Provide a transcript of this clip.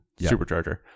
supercharger